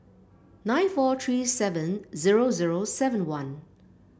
nine four three seven zero zero seven one